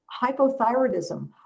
Hypothyroidism